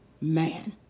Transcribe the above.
man